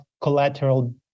collateral